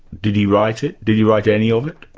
did he write it? did he write any of it?